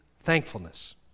thankfulness